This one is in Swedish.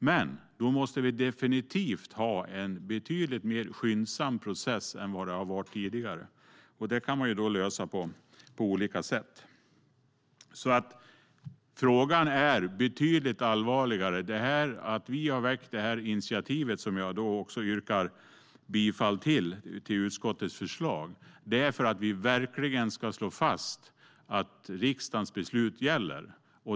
Men då måste vi definitivt ha en betydligt mer skyndsam process än tidigare, och det kan man lösa på olika sätt. Frågan är alltså betydligt allvarligare. Att vi har väckt det här initiativet är för att vi verkligen ska slå fast att riksdagens beslut gäller.